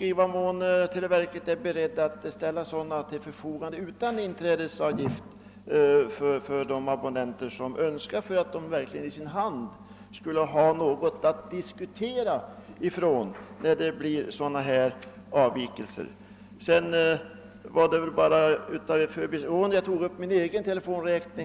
i vad mån televerket är berett att ställa samtalsmätare till förfogande utan inträdesavgift för de abonnenter som verkligen vill ha ett bevismaterial om avvikelser skulle uppstå. Det var bara i förbigående som jag tog upp min egen telefonräkning.